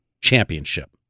championship